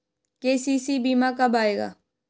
KCC बीमा कब आएगा?